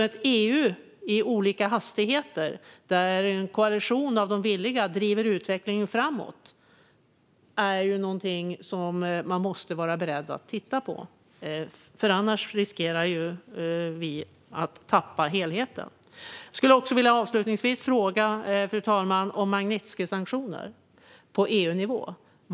Ett EU i olika hastigheter där en koalition av de villiga driver utvecklingen framåt är någonting som man måste vara beredd att titta på. Annars riskerar vi att tappa helheten. Fru talman! Jag skulle avslutningsvis vilja fråga om Magnitskijsanktioner på EU-nivå.